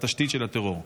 זו התשתית של הטרור.